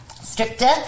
stricter